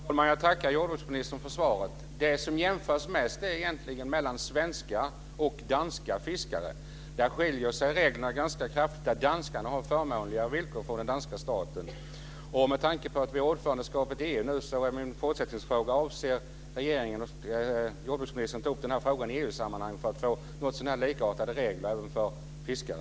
Fru talman! Jag tackar jordbruksministern för svaret. Det som jämförs mest är egentligen vad som gäller för svenska och danska fiskare. Där skiljer sig reglerna ganska kraftigt, och danskarna har förmånligare villkor från den danska staten. Med tanke på att Sverige har ordförandeskapet i EU så är min fortsättningsfråga: Avser regeringen och jordbruksministern att ta upp den här frågan i EU-sammanhang för att få någotsånär likartade regler även för fiskare?